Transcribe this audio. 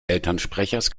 elternsprechers